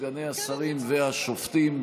סגני השרים והשופטים,